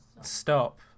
stop